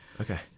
Okay